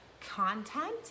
content